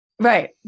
Right